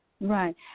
Right